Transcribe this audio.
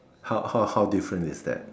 how how how different is that